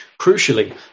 Crucially